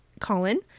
Colin